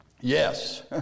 Yes